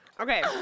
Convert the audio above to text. Okay